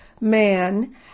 man